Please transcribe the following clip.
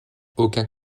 aucun